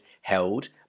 held